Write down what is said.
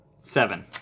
Seven